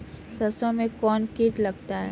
सरसों मे कौन कीट लगता हैं?